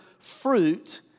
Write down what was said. Fruit